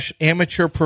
amateur